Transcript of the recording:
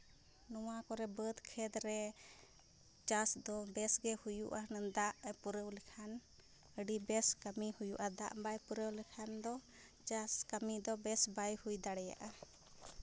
ᱱᱚᱣᱟ ᱠᱚᱨᱮᱜ ᱵᱟᱹᱫᱽ ᱠᱷᱮᱛ ᱨᱮ ᱪᱟᱥ ᱫᱚ ᱵᱮᱹᱥ ᱜᱮ ᱦᱩᱭᱩᱜᱼᱟ ᱦᱩᱱᱟᱹᱜ ᱫᱟᱜᱮ ᱯᱩᱨᱟᱹᱣ ᱞᱮᱠᱷᱟᱱ ᱟᱹᱰᱤ ᱵᱮᱥ ᱠᱟᱹᱢᱤ ᱦᱩᱭᱩᱜᱼᱟ ᱟᱨ ᱵᱟᱭ ᱯᱩᱨᱟᱹᱣ ᱞᱮᱠᱷᱟᱱ ᱫᱚ ᱪᱟᱥ ᱠᱟᱹᱢᱤ ᱫᱚ ᱵᱮᱥ ᱵᱟᱭ ᱦᱩᱭ ᱫᱟᱲᱮᱭᱟᱜᱼᱟ